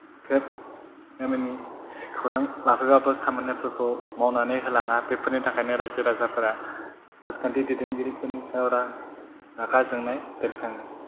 खेब गामिनि खौरां लाहोवाबो खामानिफोरखौ मावनानै होलाङा बेफोरनि थाखायनो राइजो राजाफ्रा राजखान्थि दैदेनगिरिफोरनि सायाव रागा जोंनाय बेरखाङो